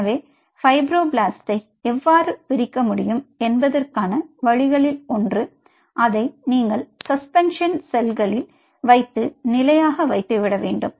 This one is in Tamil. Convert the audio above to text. எனவே ஃபைப்ரோபிளாஸ்டை எவ்வாறு பிரிக்க முடியும் என்பதற்கான வழிகளில் ஒன்று அதை நீங்கள் சஸ்பென்ஷன் செல்களில் வைத்து நிலையாக வைத்து விட வேண்டும்